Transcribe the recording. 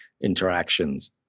interactions